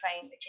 train